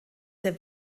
der